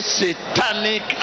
satanic